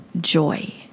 joy